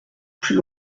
plus